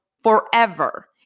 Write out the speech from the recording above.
forever